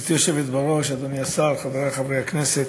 גברתי היושבת בראש, אדוני השר, חברי חברי הכנסת,